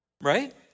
Right